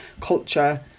culture